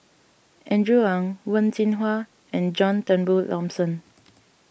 Andrew Ang Wen Jinhua and John Turnbull Thomson